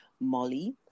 Molly